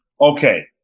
Okay